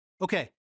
Okay